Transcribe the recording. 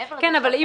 כן, אבל אם